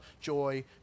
joy